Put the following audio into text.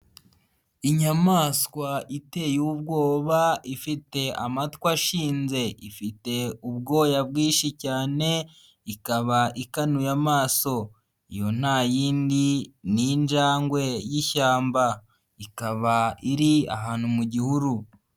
Inyamaswa iteye ubwoba ifite amatwi ashinze, ifite ubwoya bwinshi cyane ikaba ikanuye amaso, iyo nta yindi ni injangwe y'ishyamba, ikaba iri ahantu mu gihuru.